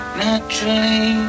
naturally